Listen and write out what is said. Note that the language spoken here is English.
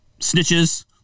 snitches